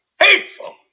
Hateful